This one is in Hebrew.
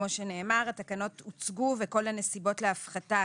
כמו שנאמר, התקנות הוצגו וכל הנסיבות להפחתה